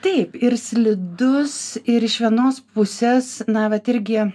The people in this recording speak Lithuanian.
taip ir slidus ir iš vienos pusės na vat irgi